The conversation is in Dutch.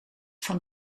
van